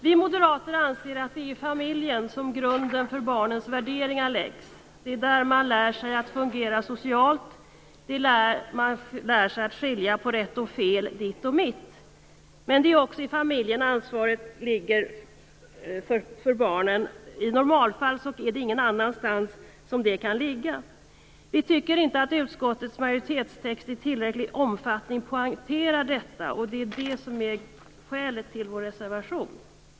Vi moderater anser att det är i familjen som grunden för barnens värderingar läggs. Det är där man lär sig att fungera socialt, att skilja på rätt och fel, på ditt och mitt. Men det är också i familjen som ansvaret för barnen ligger. I normalfallet kan det inte ligga någon annanstans. Vi tycker inte att utskottets majoritetstext i tillräcklig omfattning poängterar detta, och det är skälet till vår reservation.